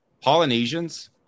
Polynesians